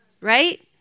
Right